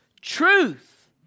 truth